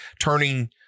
turning